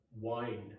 wine